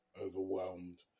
overwhelmed